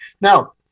Now